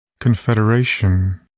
Confederation